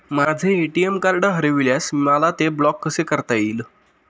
माझे ATM card हरविल्यास ते मला ब्लॉक कसे करता येईल?